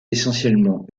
essentiellement